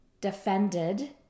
defended